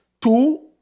Two